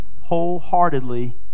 wholeheartedly